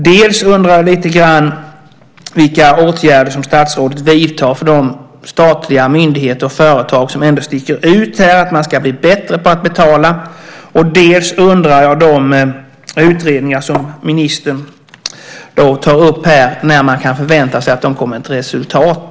Jag undrar lite grann vilka åtgärder som statsrådet vidtar för de statliga myndigheter och företag som ändå sticker ut här för att de ska bli bättre på att betala. Jag undrar också om de utredningar som ministern tar upp här. När kan man förvänta sig att de kommer med ett resultat?